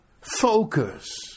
focus